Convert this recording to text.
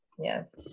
Yes